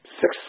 six